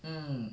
mm